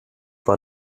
war